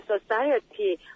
Society